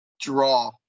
draw